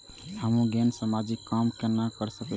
हमू केना समाजिक काम केना कर सके छी?